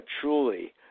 truly